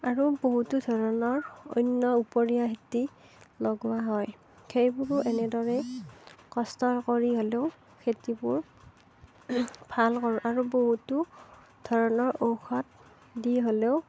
আৰু বহুতো ধৰণৰ অন্য উপৰিয়া খেতি লগোৱা হয় সেইবোৰ এনেদৰে কষ্ট কৰি হ'লেও খেতিবোৰ ভাল কৰোঁ আৰু বহুতো ধৰণৰ ঔষধ দি হ'লেও